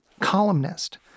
columnist